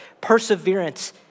perseverance